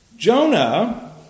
Jonah